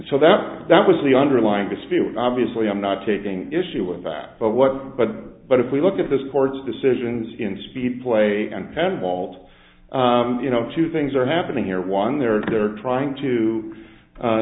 so that that was the underlying dispute obviously i'm not taking issue with that but what but but if we look at this court's decisions in speedplay and penn walt you know two things are happening here one there they're trying to